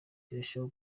irarushaho